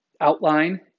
outline